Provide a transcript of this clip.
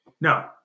No